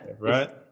Right